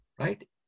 right